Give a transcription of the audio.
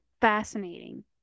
fascinating